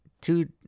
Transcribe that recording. Two